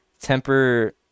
temper